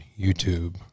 YouTube